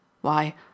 Why